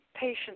patients